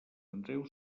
andreu